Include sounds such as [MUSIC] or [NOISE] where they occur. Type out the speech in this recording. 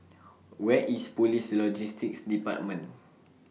[NOISE] Where IS Police Logistics department